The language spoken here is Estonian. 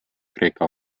kreeka